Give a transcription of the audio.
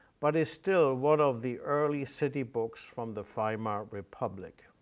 but it's still one of the early city books from the weimar republic.